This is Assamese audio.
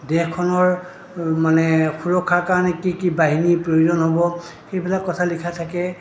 দেশখনৰ মানে সুৰক্ষাৰ কাৰণে কি কি বাহিনীৰ প্ৰয়োজন হ'ব সেইবিলাক কথা লিখা থাকে